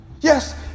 Yes